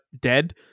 dead